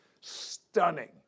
Stunning